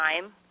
time